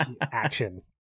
action